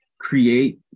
create